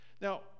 Now